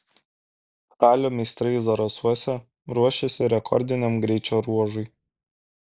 ralio meistrai zarasuose ruošiasi rekordiniam greičio ruožui